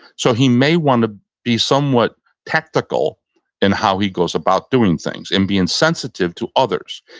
so he may want to be somewhat tactical in how he goes about doing things and being sensitive to others.